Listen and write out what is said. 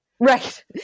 Right